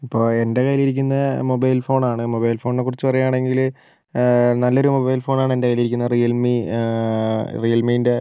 ഇപ്പോൾ എൻ്റെ കൈയിലിരിക്കുന്ന മൊബൈൽ ഫോണാണ് മൊബൈൽ ഫോണിനെ കുറിച്ച് പറയുകയാണെങ്കിൽ നല്ലൊരു മൊബൈൽ ഫോണാണ് എൻ്റെ കയ്യിൽ ഇരിക്കുന്ന റിയൽമി റിയൽമിൻ്റെ